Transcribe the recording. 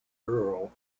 earl